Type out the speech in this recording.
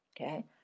Okay